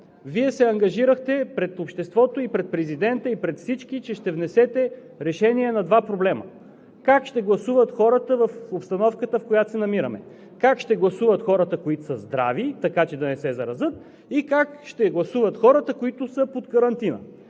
Вие се ангажирахте пред обществото, пред президента и пред всички, че ще внесете решение на два проблема: как ще гласуват хората в обстановката, в която се намираме. Как ще гласуват хората, които са здрави, така че да не се заразят. И как ще гласуват хората, които са под карантина